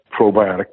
probiotic